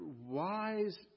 wise